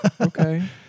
Okay